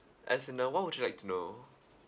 as in uh what would you like to know